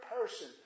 person